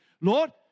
Lord